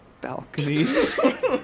balconies